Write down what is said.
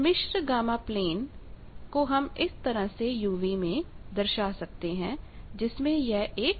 सम्मिश्र gamma plane को हम इस तरह uv में दर्शा सकते हैं जिसमें यह एक काल्पनिक दिशा है